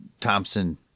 Thompson